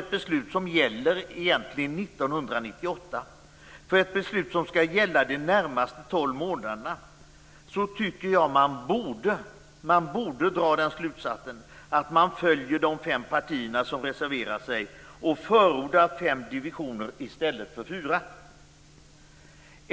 ett beslut som egentligen gäller 1998 - ett beslut som skall gälla de närmaste tolv månaderna - tycker jag att man borde dra slutsatsen att man skall följa de fem partier som reserverat sig och förorda fem divisioner i stället för fyra.